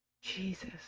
Jesus